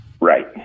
Right